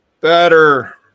better